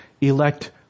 elect